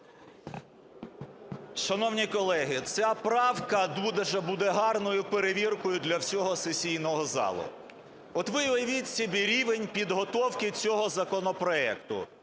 Шановні колеги, ця правка дуже буде гарною перевіркою для всього сесійного залу. От ви уявіть собі рівень підготовки цього законопроекту: